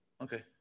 Okay